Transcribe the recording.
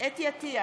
חוה אתי עטייה,